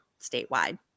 statewide